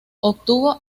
obtuvo